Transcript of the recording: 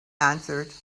answered